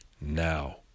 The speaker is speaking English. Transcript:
now